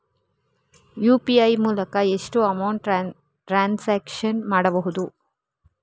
UPI ಮೂಲಕ ಎಷ್ಟು amount transaction ಮಾಡಬಹುದು?